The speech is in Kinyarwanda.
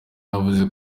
yavuze